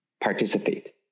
participate